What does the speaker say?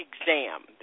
exam